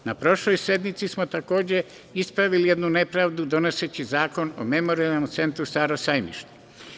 Na prošloj sednici smo takođe ispravili jednu nepravdu donoseći Zakon o Memorijalnom centru „Staro sajmište“